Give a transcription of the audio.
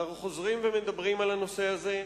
אנחנו חוזרים ומדברים על הנושא הזה.